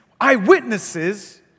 eyewitnesses